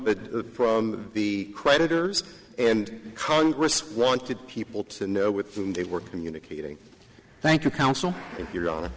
the from the creditors and congress wanted people to know with whom they were communicating thank you counsel if you're on